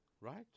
Right